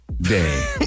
day